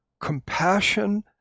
compassion